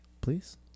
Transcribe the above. Please